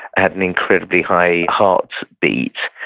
had an incredibly high heartbeat,